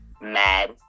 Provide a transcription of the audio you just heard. mad